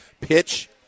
pitch